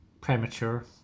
premature